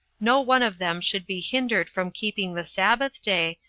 no one of them should be hindered from keeping the sabbath day,